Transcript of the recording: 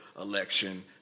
election